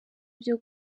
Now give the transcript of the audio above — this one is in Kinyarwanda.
byo